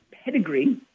pedigree